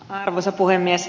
arvoisa puhemies